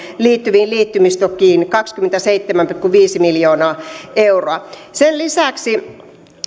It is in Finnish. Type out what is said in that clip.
liittyviin liittymistukiin kaksikymmentäseitsemän pilkku viisi miljoonaa euroa sen lisäksi